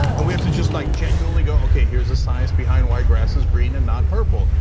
and we have to just like genuinely go, okay, here's the size behind why grass is green and not purple.